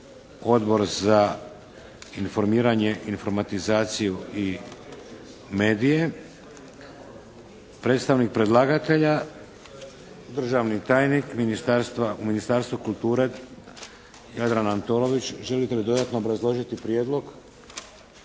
Odbor za informiranje, informatizaciju i medije. Predstavnik predlagatelja, državni tajnik Ministarstva kulture, Jadran Antolović, želite li dodatno obrazložiti prijedlog?